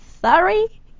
sorry